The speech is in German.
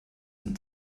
dem